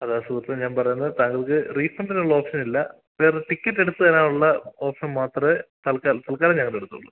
അതാ സുഹൃത്തെ ഞാൻ പറയുന്നത് താങ്കൾക്ക് റീഫണ്ടിനുള്ള ഓപ്ഷനില്ല വേറൊരു ടിക്കറ്റ് എടുത്ത് തരാനുള്ള ഓപ്ഷൻ മാത്രമേ തൽക്കാലം ഞങ്ങളുടെ അടുത്തുളളൂ